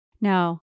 no